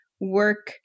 work